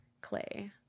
Clay